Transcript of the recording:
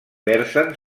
versen